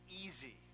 easy